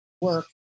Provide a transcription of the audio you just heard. work